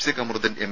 C Kamaruddin M